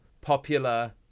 popular